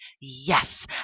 yes